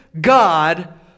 God